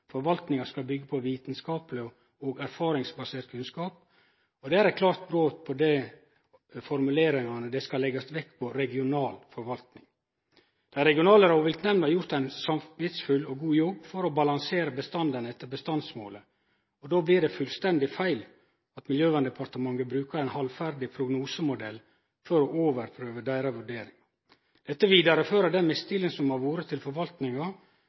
forvaltninga skal byggje på «vitenskapelig og erfaringsbasert kunnskap», og det er eit klart brot på formuleringa om at det skal «legges vekt på regional forvaltning». Dei regionale rovviltnemndene har gjort ein samvitsfull og god jobb for å balansere bestanden etter bestandsmålet, og då blir det fullstendig feil at Miljøverndepartementet brukar ein halvferdig prognosemodell for å overprøve deira vurderingar. Dette vidarefører den mistilliten som har vore til forvaltninga,